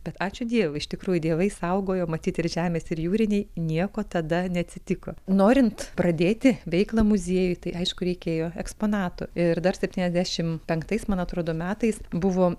bet ačiū dievui iš tikrųjų dievai saugojo matyt ir žemės ir jūriniai nieko tada neatsitiko norint pradėti veiklą muziejui tai aišku reikėjo eksponatų ir dar septyniasdešim penktais man atrodo metais buvo